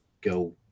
go